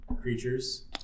creatures